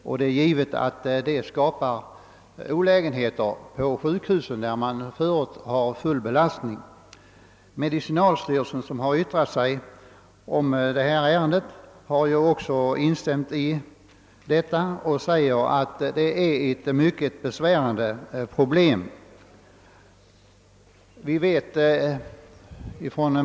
Detta skapar givetvis olägenheter på sjukhusen, där man förut har full belastning. Medicinalstyrelsen, som har yttrat sig i denna fråga, har framhållit att detta problem är mycket besvärande.